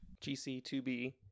GC2B